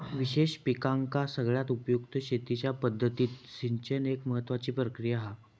विशेष पिकांका सगळ्यात उपयुक्त शेतीच्या पद्धतीत सिंचन एक महत्त्वाची प्रक्रिया हा